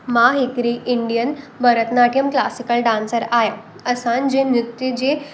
मां हिकरी Indian Bharatanatyam classical dancer आहियां असांजे नृत्य जी